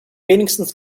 wenigstens